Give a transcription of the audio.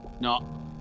No